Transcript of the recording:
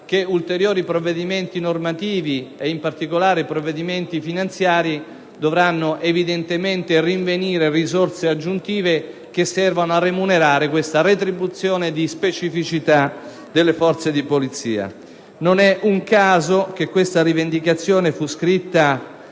che ulteriori provvedimenti normativi, in particolare finanziari, dovranno evidentemente rinvenire risorse aggiuntive che serviranno a remunerare questa attribuzione di specificità alle Forze armate e di polizia. Non è un caso che questa rivendicazione fosse